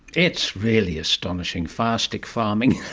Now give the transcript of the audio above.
it's really astonishing, fire-stick farming